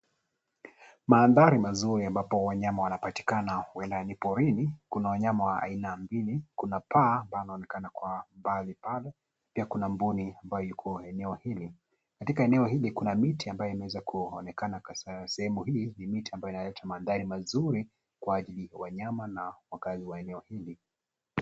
Mandhari mazuri ambapo wanyama wanapatikana huenda ni porini. Kuna wanyama wa aina mbili, kuna paa ambaye anaonekana kuwa mahali pale ,pia kuna mbuni ambaye yuko eneo hili. Katika eneo hili kuna miti ambayo imeweza kuonekana katika sehemu hii. Ni miti ambayo inaleta mandhari mazuri kwa ajili ya wanyama na wakaazi wa eneo hili.